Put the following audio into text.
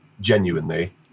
genuinely